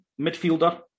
midfielder